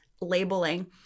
labeling